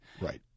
Right